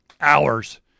hours